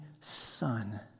son